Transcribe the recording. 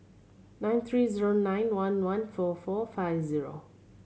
nine three zero nine one one four four five zero